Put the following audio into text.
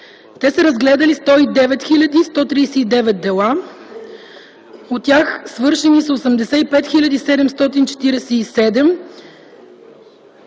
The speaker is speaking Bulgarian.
Те са разгледали 109 хил. 139 дела. От тях свършени са 85 хил.